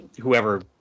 whoever